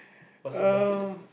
what's your bucket list